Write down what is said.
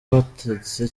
batetse